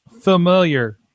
Familiar